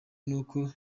n’uko